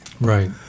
Right